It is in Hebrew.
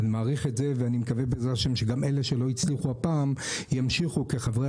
אני מעריך את זה ואני מקווה שגם אלה שלא הצליחו הפעם ימשיכו כחברי